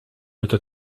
meta